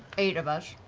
eight of us.